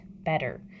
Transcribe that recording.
better